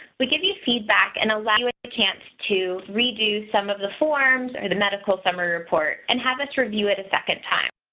we give you feedback and a language chance to redo some of the forms or the medical summary report and have us review it a second time.